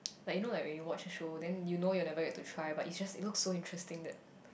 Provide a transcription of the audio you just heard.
like you know like when you watch a show then you know you will never get to try but it's just it looks so interesting that